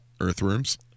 earthworms